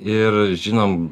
ir žinom